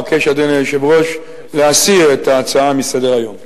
אבקש, אדוני היושב-ראש, להסיר את ההצעה מסדר-היום.